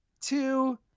two